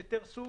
יש היתר סוג,